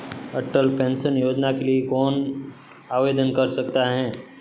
अटल pension Yojana के लिए कौन आवेदन कर सकता है?